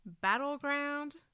Battleground